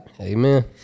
amen